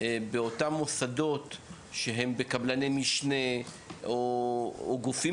באותם מוסדות שהם בקבלני משנה או גופים